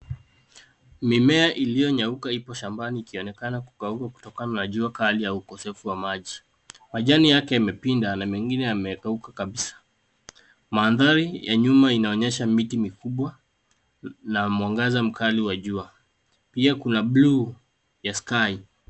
Mimea iliyo nyauka ipo shambani ikonekana kukauka kutokana na jua kali ya ukosefu wa maji. Majani yake imepinda na mengine yamekauka kabisa. Manthari ya nyuma inaonyesha miti mikubwa na mwangaza mkali wa jua pia kuna Blue ya Sky.